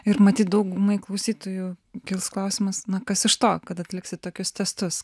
ir matyt daugumai klausytojų kils klausimas kas iš to kad atliksit tokius testus